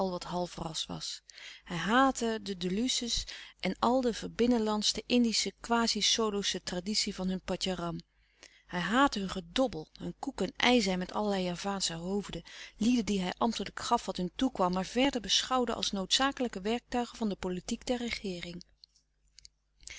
wat halfras was hij haatte de de luce's en al de verbinnenlandschte indische quasi solosche traditie van hun patjaram hij haatte hun gedobbel hun koek en ei zijn met allerlei javaansche hoofden lieden die hij ambtelijk gaf wat hun toekwam maar verder beschouwde als noodzakelijke werktuigen van de politiek der